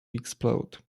explode